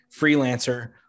freelancer